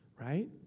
Right